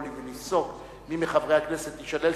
ולפסוק מי מחברי הכנסת תישלל זכותו,